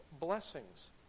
blessings